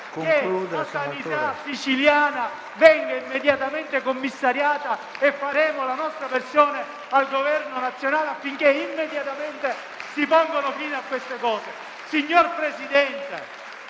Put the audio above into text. che la sanità siciliana venga immediatamente commissariata e faremo la nostra pressione sul Governo nazionale affinché immediatamente si ponga fine a situazioni del genere.